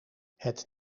het